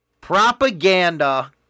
Propaganda